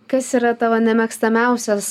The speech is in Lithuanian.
kas yra tavo nemėgstamiausias